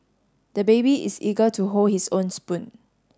the baby is eager to hold his own spoon